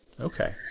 Okay